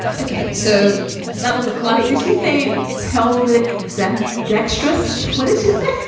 okay, so that was a clip. did she say pelvic deck? dextrous. what did she say?